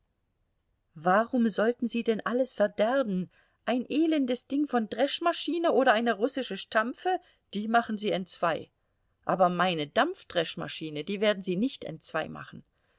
warum sollten sie denn alles verderben ein elendes ding von dreschmaschine oder eine russische stampfe die machen sie entzwei aber meine dampfdreschmaschine die werden sie nicht